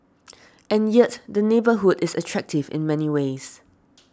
and yet the neighbourhood is attractive in many ways